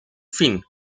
fin